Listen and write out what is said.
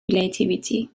relativity